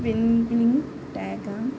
వెన్నింగ్ టేగాన్